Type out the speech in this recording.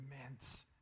immense